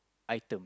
item